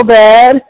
bad